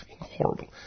horrible